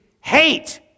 hate